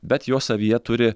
bet jos savyje turi